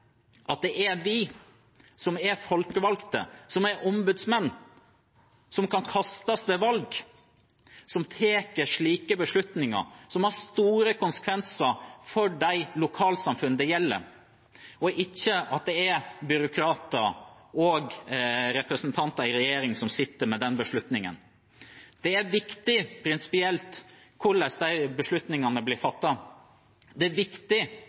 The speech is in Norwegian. er vi som er folkevalgte, som er ombudsmenn, som kan kastes ved valg, som tar beslutninger som har store konsekvenser for de lokalsamfunnene det gjelder, og ikke at det er byråkrater og representanter i regjering som tar den beslutningen. Det er viktig prinsipielt hvordan disse beslutningene blir